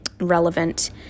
relevant